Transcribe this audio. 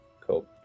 Cool